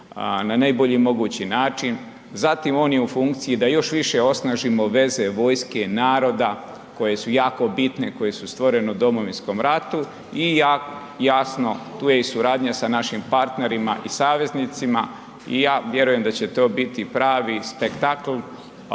na najbolji mogući način, zatim on je u funkciji da još više osnažimo veze vojske, naroda koje su jako bitne koje su stvorene u Domovinskom ratu. Jasno, tu je suradnja sa našim partnerima i saveznicima i ja vjerujem da će to biti pravi spektakl